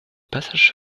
passage